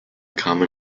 common